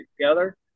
together